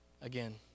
again